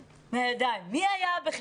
חבר'ה, מי היה בפאריז?